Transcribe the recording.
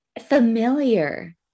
familiar